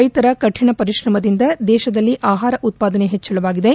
ರೈತರ ಕಠಿಣ ಪರಿಶ್ರಮದಿಂದ ದೇಶದಲ್ಲಿ ಆಹಾರ ಉತ್ಪಾದನೆ ಹೆಚ್ಚಳವಾಗಿದೆ